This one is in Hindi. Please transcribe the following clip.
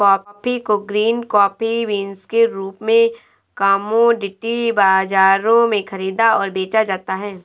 कॉफी को ग्रीन कॉफी बीन्स के रूप में कॉमोडिटी बाजारों में खरीदा और बेचा जाता है